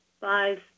five